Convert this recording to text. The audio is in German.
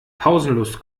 pausenlos